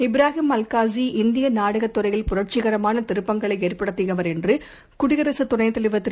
இப்ராஹிம் அல்காசி இந்தியநாடகத் துறையில் புரட்சிகரமானதிருப்பங்களைஏற்படுத்தியவர் என்றுகுடியரசுத் துணைத் தலைவர் திரு